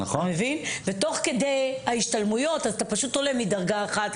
ותוך כדי ההשתלמויות אתה עולה מדרגה 1,